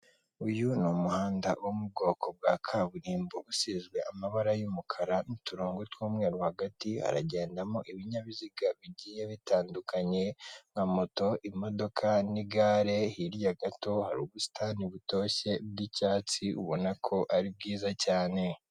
Umuhanda wa kaburimbo urimo imirongo y'umukara, urimo umugabo uri kwambuka acunga igare ndetse na moto ebyiri zihetse abantu.